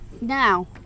Now